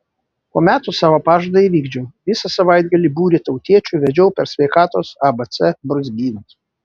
po metų savo pažadą įvykdžiau visą savaitgalį būrį tautiečių vedžiau per sveikatos abc brūzgynus